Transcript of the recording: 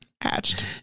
Hatched